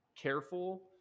careful